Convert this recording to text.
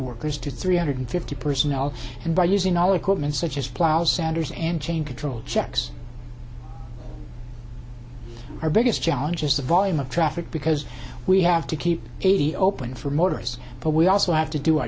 workers to three hundred fifty personnel and by using all equipment such as plows sanders and chain control checks our biggest challenge is the volume of traffic because we have to keep eight open for motorists but we also have to do